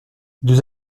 deux